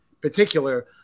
particular